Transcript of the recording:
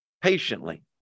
patiently